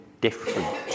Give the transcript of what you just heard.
different